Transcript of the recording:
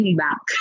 back